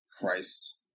Christ